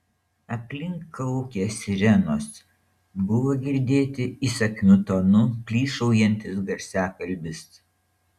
aplink kaukė sirenos buvo girdėti įsakmiu tonu plyšaujantis garsiakalbis